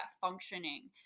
functioning